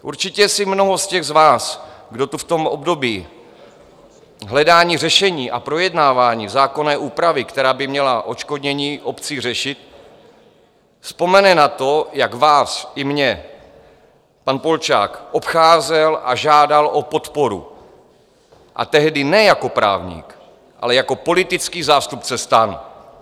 Určitě si mnoho z těch z vás, kdo to v tom období hledání řešení a projednávání zákonné úpravy, která by měla odškodnění obcí řešit, vzpomene na to, jak vás i mě pan Polčák obcházel a žádal o podporu, a tehdy ne jako právník, ale jako politický zástupce STAN.